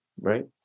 right